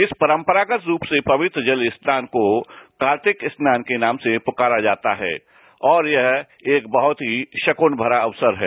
इस परंपरागत रूप से पवित्र जल स्नान को कार्तिक स्नान के नाम से पुकारा जाता है और यह एक बहुत ही शक्न भरा अवसर है